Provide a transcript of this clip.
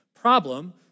Problem